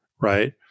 right